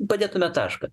padėtume tašką